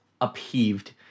upheaved